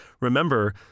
Remember